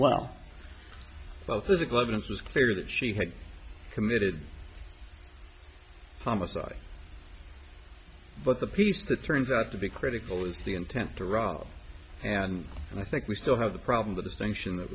well both physical evidence was clear that she had committed homicide but the piece that turns out to be critical is the intent to rob and i think we still have the problem the distinction that